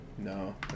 No